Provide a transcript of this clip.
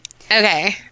Okay